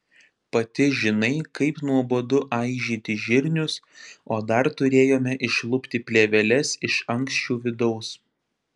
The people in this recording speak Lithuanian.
pati žinai kaip nuobodu aižyti žirnius o dar turėjome išlupti plėveles iš ankščių vidaus